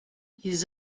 ils